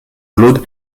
claude